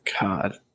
God